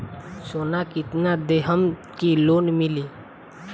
सोना कितना देहम की लोन मिली?